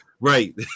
Right